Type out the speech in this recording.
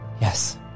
Yes